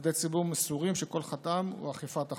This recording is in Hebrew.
כלפי עובדי ציבור מסורים שכל חטאם הוא אכיפת החוק.